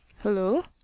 Hello